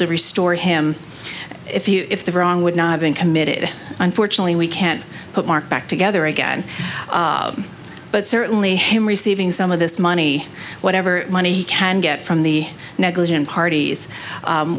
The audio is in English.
to restore him if the wrong would not have been committed unfortunately we can't put mark back together again but certainly him receiving some of this money whatever money he can get from the negligent parties